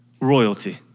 Royalty